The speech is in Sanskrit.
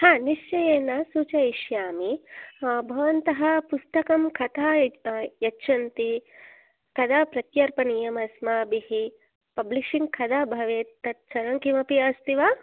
निश्चयेन सूचयिष्यामि भवन्तः पुस्तकं कथा यच्छन्ति कदा प्रत्यर्पणीयम् अस्माभिः पब्लिश्शिङ्ग् कदा भवेत् तत् एवं किमपि अस्ति वा